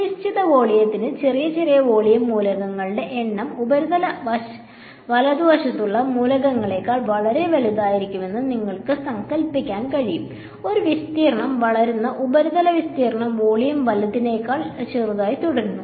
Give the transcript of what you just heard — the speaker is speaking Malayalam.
ഒരു നിശ്ചിത വോളിയത്തിന് ചെറിയ ചെറിയ വോളിയം മൂലകങ്ങളുടെ എണ്ണം ഉപരിതല വലതുവശത്തുള്ള മൂലകങ്ങളേക്കാൾ വളരെ വലുതായിത്തീരുമെന്ന് നിങ്ങൾക്ക് സങ്കൽപ്പിക്കാൻ കഴിയും ഒരു വിസ്തീർണ്ണം വളരുന്ന ഉപരിതല വിസ്തീർണ്ണം വോളിയം വലത്തേതിനേക്കാൾ ചെറുതായി തുടരുന്നു